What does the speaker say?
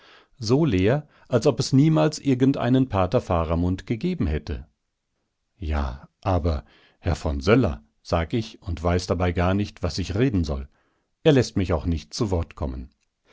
so leer als ob es niemals irgendeinen pater faramund gegeben hätte ja aber herr von söller sag ich und weiß dabei gar nicht was ich reden soll er läßt mich auch nicht zu wort kommen